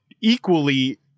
equally